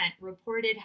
reported